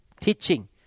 teaching